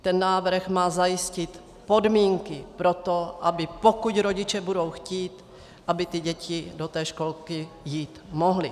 Ten návrh má zajistit podmínky pro to, aby pokud rodiče budou chtít, ty děti do školky jít mohly.